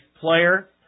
player